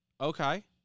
okay